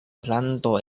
planto